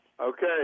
Okay